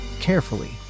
carefully